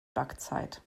backzeit